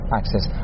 access